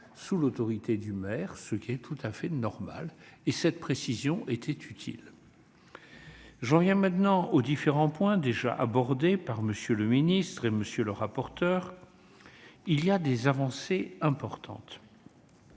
sous l'autorité du maire, ce qui est tout à fait normal. Cette précision est utile. J'en viens maintenant aux différents points abordés par M. le ministre et M. le rapporteur. Ce texte comprend des avancées importantes